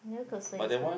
roller coaster is nice